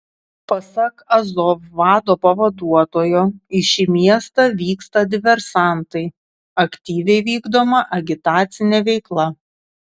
pasak azov vado pavaduotojo į šį miestą vyksta diversantai aktyviai vykdoma agitacinė veikla